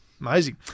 Amazing